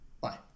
Bye